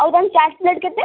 ଆଉ ତମ ଚାଟ୍ ପ୍ଲେଟ୍ କେତେ